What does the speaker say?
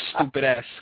stupid-ass